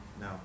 No